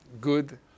good